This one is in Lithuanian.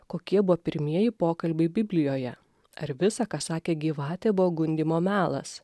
kokie buvo pirmieji pokalbiai biblijoje ar visa ką sakė gyvatė buvo gundymo melas